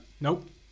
nope